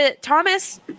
Thomas